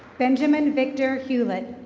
benjamin victor hewlett.